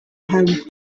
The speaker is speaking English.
home